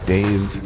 Dave